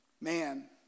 Man